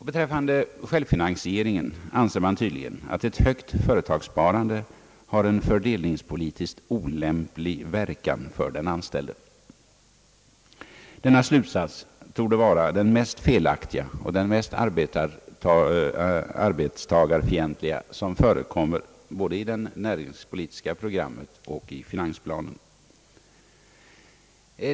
Beträffande självfinansieringen anser man tydligen, att ett högt företagssparande har en fördelningspolitiskt olämplig verkan för den anställde. Denna slutsats torde vara den mest felaktiga och den mest arbetstagarfientliga som förekommer såväl i det näringspolitiska programmet som i årets finansplan.